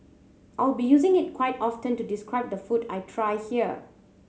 I will be using it quite often to describe the food I try here